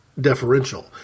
deferential